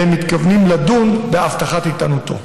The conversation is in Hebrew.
והם מתכוונים לדון בהבטחת איתנותו.